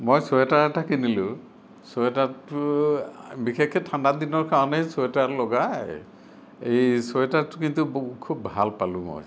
মই চুৱেটাৰ এটা কিনিলোঁ চুৱেটাৰটো বিশেষকে ঠাণ্ডা দিনৰ কাৰণেই চুৱেটাৰ লগা এই চুৱেটাৰটো কিন্তু খুব ভাল পালোঁ মই